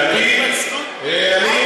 האם יש מצב, ?